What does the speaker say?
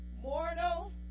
Mortal